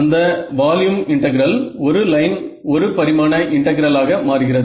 அந்த volume integral ஒரு line ஒரு பரிமாண இன்டெகிரல் ஆக மாறுகிறது